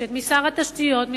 מבקשת משר התשתיות,